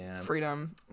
freedom